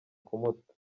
kumuta